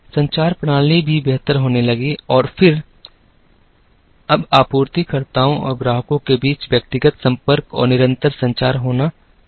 संचार प्रणाली भी बेहतर होने लगी और फिर अब आपूर्तिकर्ताओं और ग्राहकों के बीच व्यक्तिगत संपर्क और निरंतर संचार होना संभव है